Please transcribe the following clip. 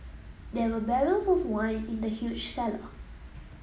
there were barrels of wine in the huge cellar